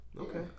Okay